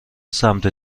سمت